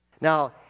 Now